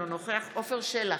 אינו נוכח עפר שלח,